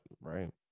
Right